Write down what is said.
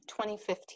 2015